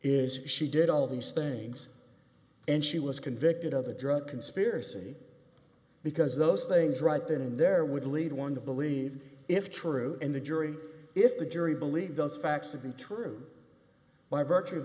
is she did all these things and she was convicted of the drug conspiracy because those things right then and there would lead one to believe if true and the jury if the jury believed those facts to be true by virtue of